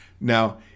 Now